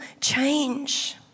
change